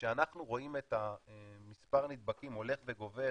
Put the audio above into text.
כשאנחנו רואים את מספר הנבדקים הולך וגדל